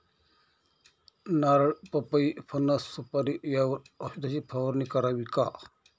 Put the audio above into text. नारळ, पपई, फणस, सुपारी यावर औषधाची फवारणी करावी का?